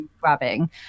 grabbing